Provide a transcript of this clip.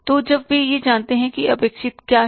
तो जब वे यह जानते हैं कि क्या अपेक्षित है